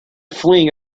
fleeing